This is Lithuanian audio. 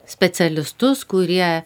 specialistus kurie